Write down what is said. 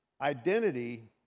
Identity